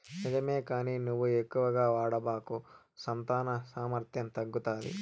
నిజమే కానీ నువ్వు ఎక్కువగా వాడబాకు సంతాన సామర్థ్యం తగ్గుతాది